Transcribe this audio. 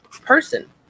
person